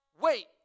Wait